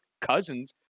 Cousins